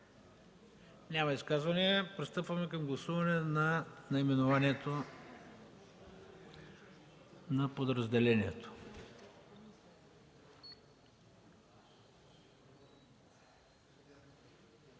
Няма. Пристъпваме към гласуване на наименованието на подразделението.